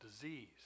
disease